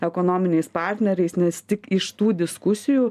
ekonominiais partneriais nes tik iš tų diskusijų